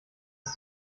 ist